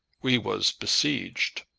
we was besieged.